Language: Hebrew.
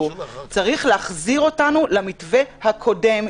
צריך להחזיר אותנו למתווה הקודם.